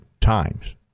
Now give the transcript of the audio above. times